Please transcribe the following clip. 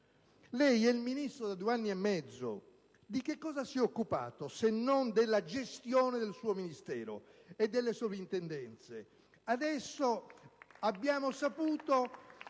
Lei è Ministro da due anni e mezzo: di che cosa si è occupato, se non della gestione del suo Ministero e delle soprintendenze? *(Applausi dal